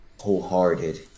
wholehearted